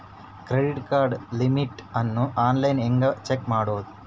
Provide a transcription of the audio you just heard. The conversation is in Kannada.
ಕ್ರೆಡಿಟ್ ಕಾರ್ಡ್ ಲಿಮಿಟ್ ಅನ್ನು ಆನ್ಲೈನ್ ಹೆಂಗ್ ಚೆಕ್ ಮಾಡೋದು?